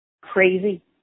Crazy